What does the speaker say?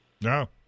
No